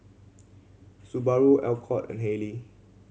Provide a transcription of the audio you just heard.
Subaru Alcott and Haylee